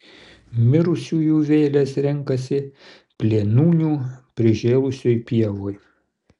mirusiųjų vėlės renkasi plėnūnių prižėlusioj pievoj